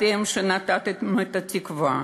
אתם שנטעתם את התקווה,